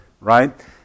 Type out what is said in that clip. right